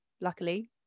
luckily